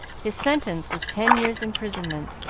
his sentence was ten years' imprisonment,